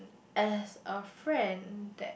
as a friend that